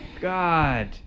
God